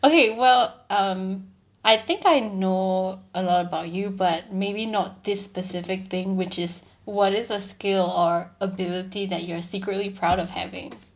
okay well um I think I know a lot about you but maybe not this specific thing which is what is a skill or ability that you are secretly proud of having